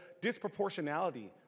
disproportionality